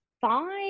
five